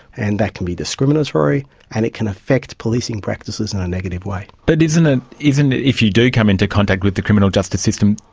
and that can be discriminatory and it can affect policing practices in a negative way. but isn't ah isn't if you do come into contact with the criminal justice system,